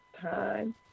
time